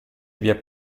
via